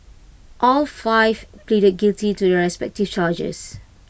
all five pleaded guilty to their respective charges